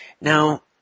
Now